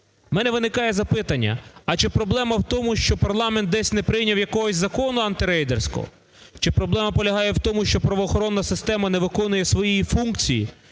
У мене виникає запитання: а чи проблема в тому, що парламент десь не прийняв якогось закону антирейдерського, чи проблема полягає в тому, що правоохоронна система не виконує свої функції,